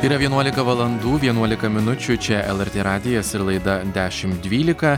yra vienuolika valandų vienuolika minučių čia lrt radijas ir laida dešimt dvylika